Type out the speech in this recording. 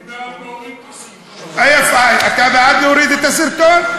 אני בעד להוריד את הסרטון.